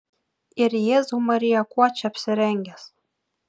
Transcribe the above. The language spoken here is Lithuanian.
ir jėzau marija kuo čia apsirengęs